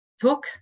talk